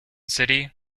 city